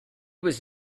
was